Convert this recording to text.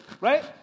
right